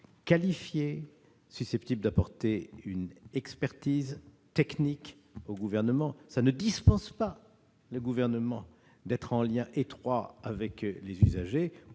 qualifiées, susceptibles d'apporter une expertise technique au Gouvernement. Cela ne dispense pas le Gouvernement d'être en lien étroit avec les usagers